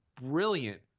brilliant